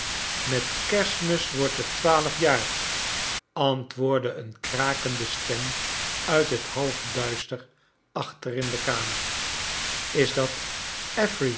met kerstmis wordt bet twaalf jaar antwoordde een krakende stem uit bet halfduister acbter in de kamer is dat